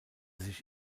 sich